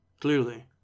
clearly